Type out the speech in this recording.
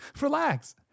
Relax